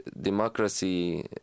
democracy